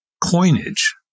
coinage